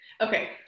Okay